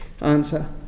Answer